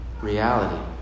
reality